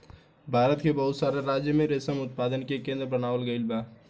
भारत के बहुत सारा राज्य में रेशम उत्पादन के केंद्र बनावल गईल बा